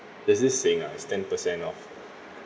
there's this saying ah it's ten percent of